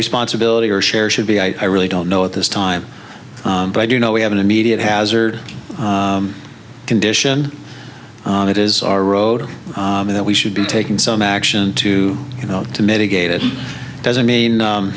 responsibility or share should be i really don't know at this time but i do know we have an immediate hazard condition and it is our road that we should be taking some action to you know to mitigate it doesn't mean